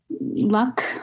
luck